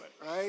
right